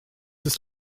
ist